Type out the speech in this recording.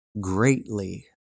greatly